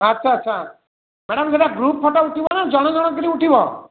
ଆଚ୍ଛା ଆଚ୍ଛା ମ୍ୟାଡ଼ାମ୍ ସେଇଟା ଗ୍ରୁପ୍ ଫଟୋ ଉଠିବ ନାଁ ଜଣଜଣ କରି ଉଠିବ